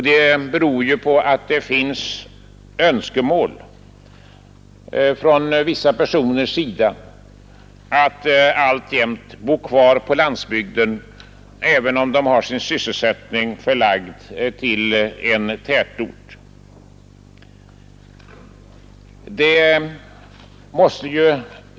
Det beror ju på att det finns önskemål från vissa personers sida att alltjämt bo kvar på landsbygden, även om de har sin sysselsättning förlagd till en tätort.